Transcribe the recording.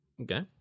Okay